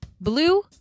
blue